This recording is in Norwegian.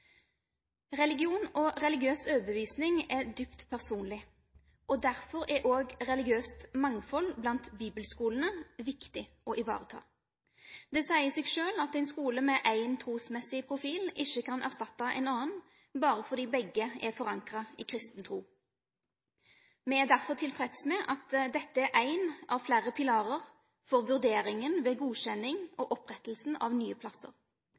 Religion og religiøs overbevisning er dypt personlig. Derfor er også religiøst mangfold blant bibelskolene viktig å ivareta. Det sier seg selv at en skole med én trosmessig profil ikke kan erstatte en annen bare fordi begge er forankret i kristen tro. Vi er derfor tilfreds med at dette er en av flere pilarer for vurderingen ved godkjenning og opprettelse av nye plasser.